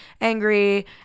angry